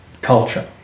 culture